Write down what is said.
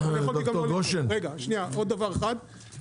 עוד דבר אחד,